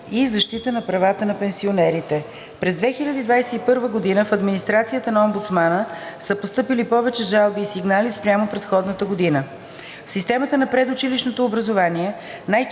защита на правата на пенсионерите. През 2021 г. в администрацията на омбудсмана са постъпили повече жалби и сигнали спрямо предходната година. В системата на предучилищното образование най-често